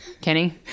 Kenny